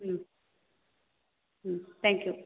ம் hmm thank you